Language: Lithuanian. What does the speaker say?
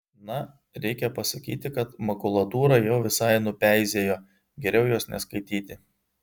na reikia pasakyti kad makulatūra jau visai nupeizėjo geriau jos neskaityti